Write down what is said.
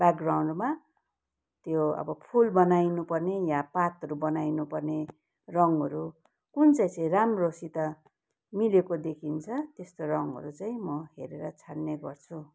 ब्याकग्राउन्डमा त्यो अब फुल बनाइनु पर्ने या पातहरू बनाइनु पर्ने रङहरू कुन चाहिँ चाहिँ राम्रोसित मिलेको देखिन्छ त्यस्तो रङहरू चाहिँ म हेरेर छान्ने गर्छु